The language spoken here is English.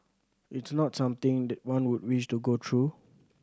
it's not something that one would wish to go through